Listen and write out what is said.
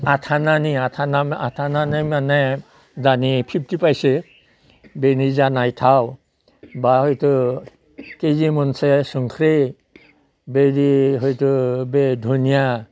आथानानि आथाना आथानानि माने दानि फिभटि फायसे बेनि जानाय थाव बा हैथ' केजि मोनसे संख्रै बेदि हैथ' बे धनिया